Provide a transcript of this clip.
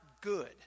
good